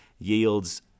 yields